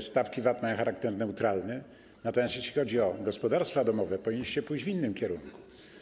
stawki VAT mają charakter neutralny, natomiast jeśli chodzi o gospodarstwa domowe, powinniście pójść w innym kierunku.